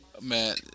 Man